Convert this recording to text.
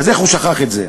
איך הוא שכח את זה?